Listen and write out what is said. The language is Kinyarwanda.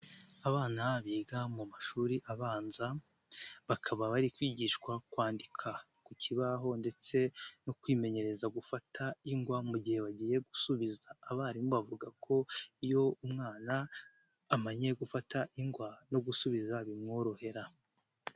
Abana biga mu mashuri abanza bakaba bari kwigishwa kwandika ku kibaho ndetse no kwimenyereza gufata ingwa mu gihe bagiye gusubiza, abarimu bavuga ko iyo umwana amenye gufata ingwa no gusubiza bimworohera.